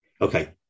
Okay